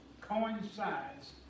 coincides